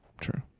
True